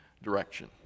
direction